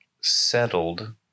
settled